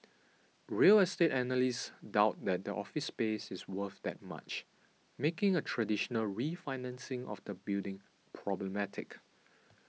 real estate analysts doubt that the office space is worth that much making a traditional refinancing of the building problematic